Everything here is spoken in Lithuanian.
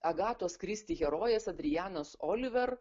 agatos kristi herojės adrianos oliver